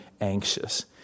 anxious